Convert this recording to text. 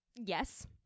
yes